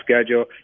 schedule